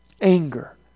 anger